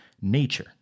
nature